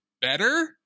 better